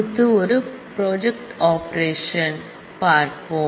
அடுத்து ஒரு project operation பார்ப்போம்